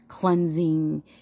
cleansing